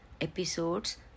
episodes